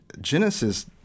Genesis